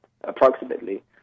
approximately